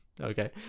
Okay